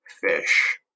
fish